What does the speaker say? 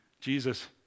Jesus